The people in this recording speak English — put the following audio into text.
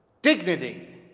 dignity,